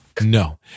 No